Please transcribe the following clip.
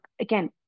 again